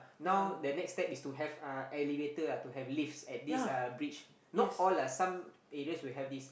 now the next step is to have uh elevator ah to have lifts at this uh bridge not all lah some areas will have this